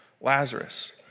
Lazarus